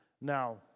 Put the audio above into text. now